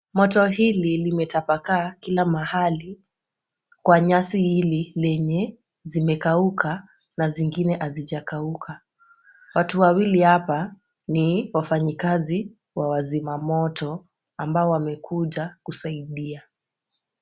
Moto hili limetapakaa kila mahali kwa nyasi hili lenye zimekauka na zingine hazijakauka. Watu wawili hapa ni wafanyikazi wa wazima moto, ambao wamekuja kusaidia.